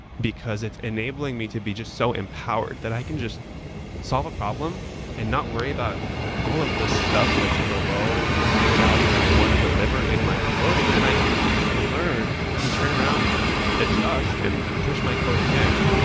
because it's enabling me to be just so empowered, that i can just solve a problem and not worry about all of the stuff that's below the value that i want to deliver in my code, and then i can learn and turn around and adjust and push my code again.